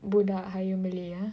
budak higher Malay ah